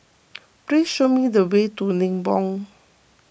please show me the way to Nibong